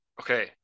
Okay